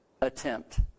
attempt